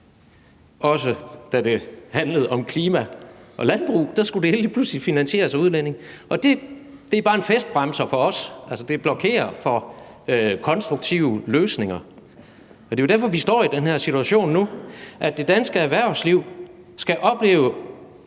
også, da det handlede om klima og landbrug. Der skulle det hele pludselig finansieres af udlændinge. Det er bare en festbremse for os, altså det blokerer for konstruktive løsninger. Det er jo derfor, vi står i den her situation nu, altså at det danske erhvervsliv skal opleve,